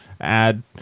add –